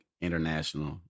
international